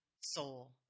soul